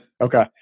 Okay